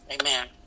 Amen